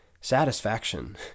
Satisfaction